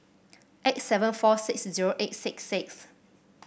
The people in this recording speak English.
eight seven four six zero eight six six